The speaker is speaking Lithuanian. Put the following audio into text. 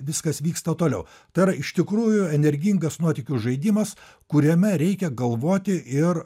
viskas vyksta toliau tai yra iš tikrųjų energingas nuotykių žaidimas kuriame reikia galvoti ir